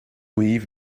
leave